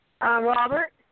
Robert